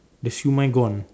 the siew-mai gone